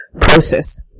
process